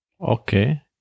Okay